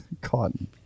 cotton